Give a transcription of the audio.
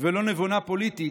ולא-נבונה פוליטית,